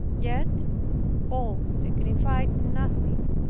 yet all signified nothing